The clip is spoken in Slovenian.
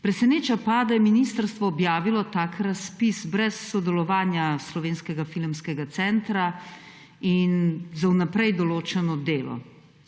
Preseneča pa, da je ministrstvo objavilo tak razpis brez sodelovanja Slovenskega filmskega centra in za vnaprej določeno delo.